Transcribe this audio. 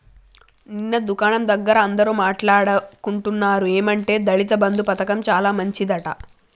నిన్న దుకాణం దగ్గర అందరూ మాట్లాడుకుంటున్నారు ఏమంటే దళిత బంధు పథకం చాలా మంచిదట